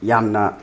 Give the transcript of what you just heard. ꯌꯥꯝꯅ